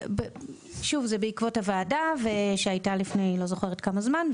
בעקבות הוועדה שהייתה לפני כמה זמן,